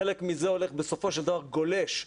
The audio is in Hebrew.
חלק מזה בסופו של דבר גולש,